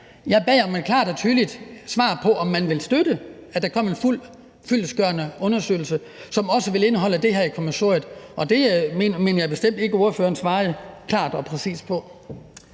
Jeg bad om et klart og tydeligt svar på, om man vil støtte, at der kom en fyldestgørende undersøgelse, som også ville indeholde det her i kommissoriet, og det mener jeg bestemt ikke ordføreren svarede klart og præcist på.